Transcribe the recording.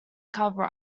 cover